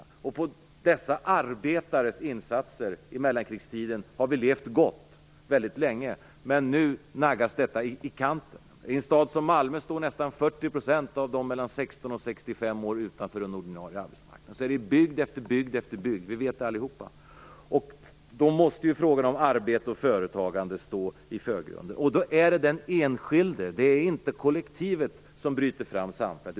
På dessa arbetares insatser under mellankrigstiden har vi levt gott mycket länge. Men nu naggas detta i kanten. I en stad som Malmö står nästan 40 % av de mellan 16 och 65 år utanför den ordinarie arbetsmarknaden. Så är det i bygd efter bygd. Det vet vi, allihop. Då måste frågan om arbete och företagande stå i förgrunden. Det är den enskilde, inte kollektivet, som bryter fram samhället.